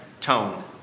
tone